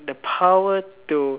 the power to